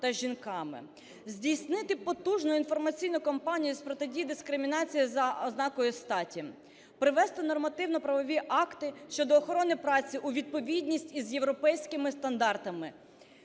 Здійснити потужну інформаційну кампанію з протидії дискримінації за ознакою статі, привести нормативно-правові акти щодо охорони праці у відповідність із європейськими стандартами.